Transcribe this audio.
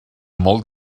molt